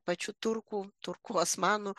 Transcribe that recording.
pačių turkų turkų osmanų